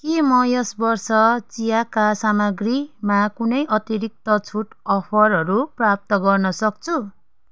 के म यस वर्ष चियाका सामग्रीमा कुनै अतिरिक्त छुट अफरहरू प्राप्त गर्न सक्छु